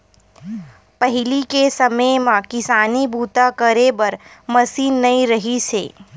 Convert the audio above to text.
पहिली के समे म किसानी बूता करे बर मसीन नइ रिहिस हे